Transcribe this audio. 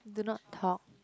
do not talk